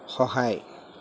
সহায়